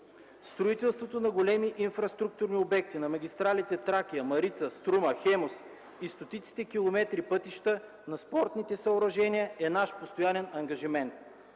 Строителството на големи инфраструктурни обекти, на магистралите „Тракия”, „Марица”, „Струма”, „Хемус” и стотиците километри пътища, на спортните съоръжения е наш постоянен ангажимент.